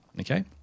okay